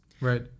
Right